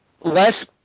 less